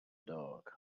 dog